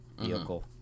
vehicle